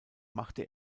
machte